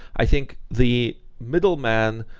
i think the middleman,